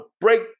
break